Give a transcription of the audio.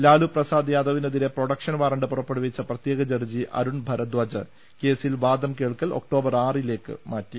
ലാലുപ്രസാദ് യാദവിനെതിരെ production warrant പുറപ്പെ ടുവിച്ച പ്രത്യേക ജഡ്ജി അരുൺ ഭരദാജ് കേസിൽ വാദം കേൾക്കൽ ഒക്ടോബർ ആറിലേക്ക് മാറ്റി